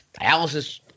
dialysis